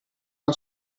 una